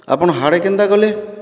ଆପଣ ହାଡ଼େ କେନ୍ତା ଗଲେ